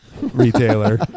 retailer